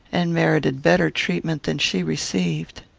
and merited better treatment than she received.